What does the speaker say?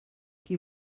qui